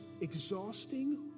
exhausting